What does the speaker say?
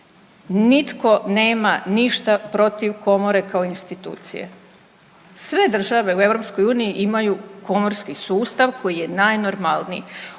Nitko nema ništa protiv Komore kao institucije. Sve države u EU imaju komorski sustav koji je najnormalniji.